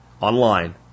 online